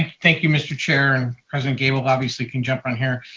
thank you, mr. chair, and president gabel obviously can jump on here.